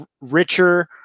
richer